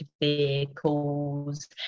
vehicles